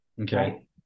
Okay